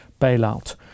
bailout